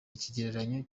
ikigereranyo